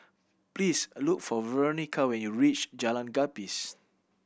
please look for Veronica when you reach Jalan Gapis